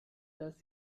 dass